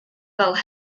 fel